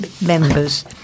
members